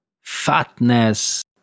fatness